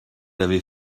avez